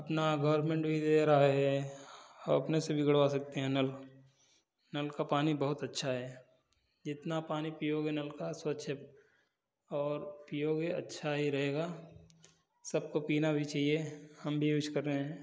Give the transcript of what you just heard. अपना गोवर्मेंट भी दे रहा है अपने से भी गड़वा सकते हैं नल नल का पानी बहुत अच्छा है जितना पानी पियोगे नल का स्वच्छ और पियोगे अच्छा ही रहेगा सबको पीना भी चाहिए हम भी वीस कर रहे हैं